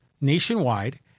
nationwide